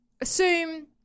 assume